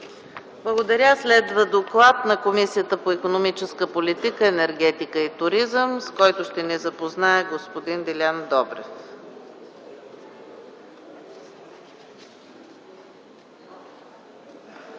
Благодаря. Следва докладът на Комисията по икономическата политика, енергетика и туризъм, с който ще ни запознае господин Делян Добрев.